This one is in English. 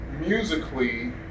musically